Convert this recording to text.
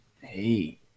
Hey